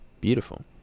beautiful